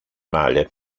male